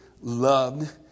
loved